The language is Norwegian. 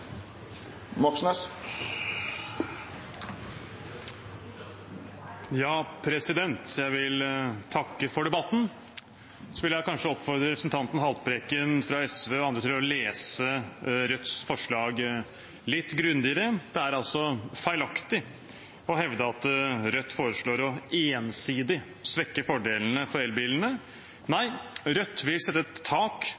Moxnes. Jeg vil takke for debatten. Så vil jeg kanskje oppfordre representanten Haltbrekken fra SV og andre til å lese Rødts forslag litt grundigere. Det er altså feilaktig å hevde at Rødt foreslår å ensidig svekke fordelene på elbilene.